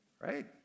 Right